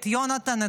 את יונתן,